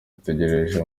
witegereje